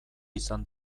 izan